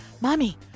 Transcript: Mommy